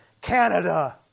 Canada